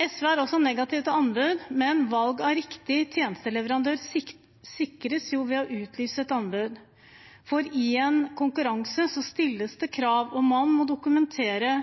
SV er også negativ til anbud, men valg av riktig tjenesteleverandør sikres ved å utlyse anbud, for i en konkurranse stilles det krav, og man må dokumentere